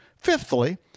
Fifthly